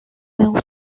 zéro